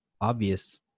obvious